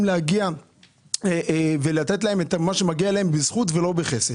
להגיע ולתת להם את מה שמגיע להם בזכות ולא בחסד.